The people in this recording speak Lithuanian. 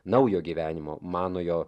naujo gyvenimo manojo